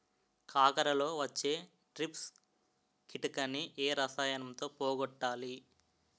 కాకరలో వచ్చే ట్రిప్స్ కిటకని ఏ రసాయనంతో పోగొట్టాలి?